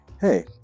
Hey